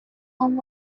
and